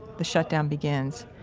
the shutdown begins.